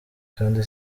kandi